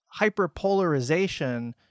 hyperpolarization